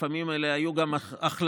לפעמים היו אלה גם החלטות